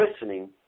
listening